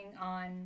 on